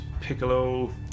piccolo